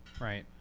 Right